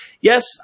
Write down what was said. yes